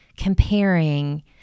comparing